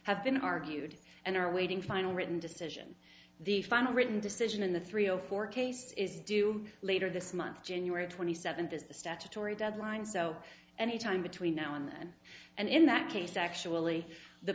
have been argued and are awaiting final written decision the final written decision in the three zero four case is due later this month january twenty seventh is the statutory deadline so any time between now and then and in that case actually the